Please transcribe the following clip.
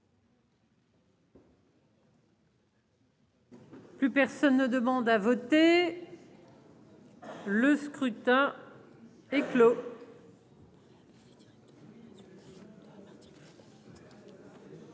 Plus personne ne demande à voter. Le scrutin est clos.